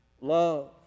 love